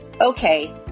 Okay